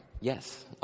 Yes